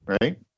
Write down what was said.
right